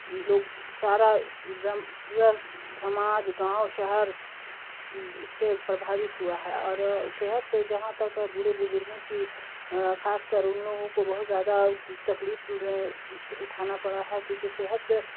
لوگ سارا پورا سماج گاؤں شہر اس سے پربھاوت ہوا ہے اور صحت جہاں تک ہے بوڑھے بزرگوں کی خاص کر ان لوگوں کو بہت زیادہ تکلیف اٹھانا پڑا ہے کیونکہ صحت